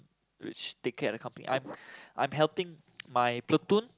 which take care the company I I'm helping my platoon